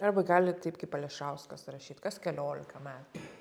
arba gali taip kaip ališauskas rašyti kas keliolika metų